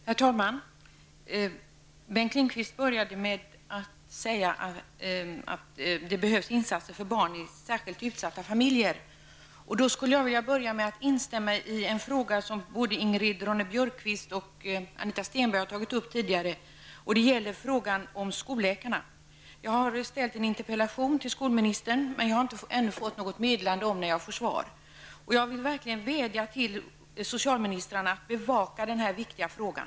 Herr talman! Bengt Lindqvist började med att säga att det behövs insatser för barn i särskilt utsatta familjer. Jag skulle då vilja börja med att instämma med vad både Ingrid Ronne-Björkqvist och Anita Jag har framställt en interpellation till skolministern, men jag har ännu inte fått något meddelande om när jag kommer att få svar. Jag vill verkligen vädja till socialministern att bevaka denna viktiga fråga.